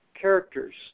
characters